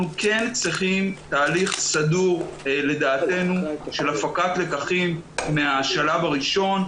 לדעתנו אנחנו כן צריכים תהליך סדור של הפקת לקחים מן השלב הראשון.